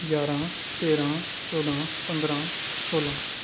ञारां तेरां चौदां पंदरां सौलां